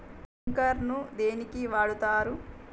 Sprinkler ను దేనికి వాడుతరు?